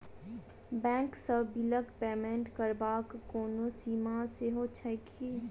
Bank सँ बिलक payment करबाक कोनो सीमा सेहो छैक की?